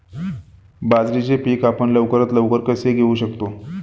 बाजरीचे पीक आपण लवकरात लवकर कसे घेऊ शकतो?